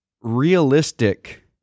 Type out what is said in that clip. realistic